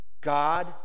God